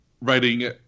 writing